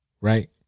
right